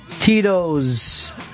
Tito's